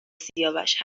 سیاوش